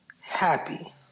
happy